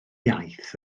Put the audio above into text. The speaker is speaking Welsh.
iaith